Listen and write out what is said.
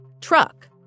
truck